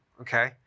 okay